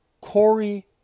Corey